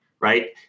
Right